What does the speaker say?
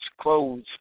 clothes